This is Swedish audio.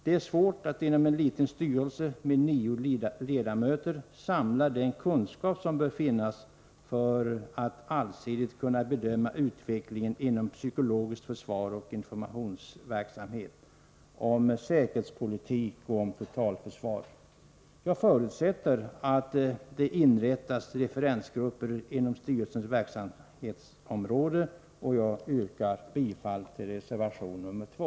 Det är svårt att inom en liten styrelse med nio ledamöter samla den kunskap som bör finnas för att den allsidigt skall kunna bedöma utvecklingen inom det psykologiska försvaret och informationsverksamheten, om säkerhetspolitiken och om totalförsvaret. Jag förutsätter att det inrättas referensgrupper inom styrelsens verksamhetsområde, och jag yrkar bifall till reservation 2.